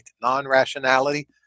non-rationality